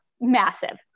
massive